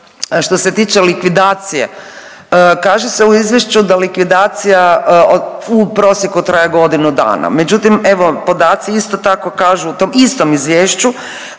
što se tiče likvidacije, kaže se u izvješću da likvidacija u prosjeku traje godinu dana. međutim evo podaci isto tako kažu u tom istom izvješću